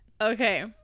okay